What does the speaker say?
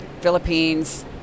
Philippines